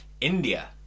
India